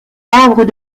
arbres